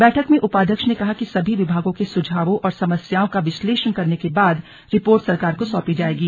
बैठक में उपाध्यक्ष ने कहा कि सभी विभागों के सुझावों और समस्याओं का विश्लेषण करने के बाद रिपोर्ट सरकार को सौंपी जाएगी